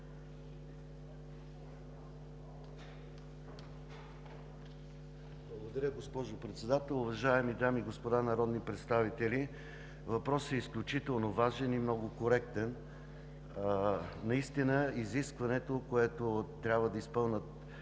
Благодаря, госпожо Председател. Уважаеми дами и господа народни представители! Въпросът е изключително важен и много коректен. Изискването, което трябва да изпълнят